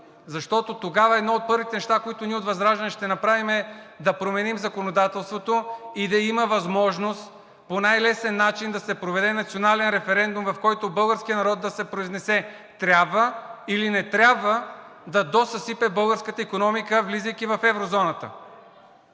Защото тогава едно от първите неща, които ние от ВЪЗРАЖДАНЕ ще направим, е да променим законодателството и да има възможност по най-лесен начин да се проведе национален референдум, в който българският народ да се произнесе – трябва или не трябва да досъсипе българската икономика, влизайки в еврозоната!